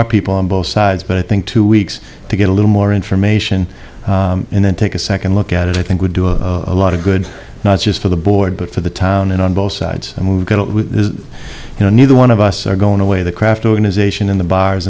are people on both sides but i think two weeks to get a little more information and then take a second look at it i think would do a lot of good not just for the board but for the town and on both sides and you know neither one of us are going away the craft organization in the bars